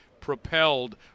propelled